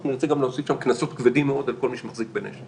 אנחנו נרצה גם להוסיף שם קנסות כבדים מאוד על כל מי שמחזיק בנשק.